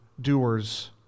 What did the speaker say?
doers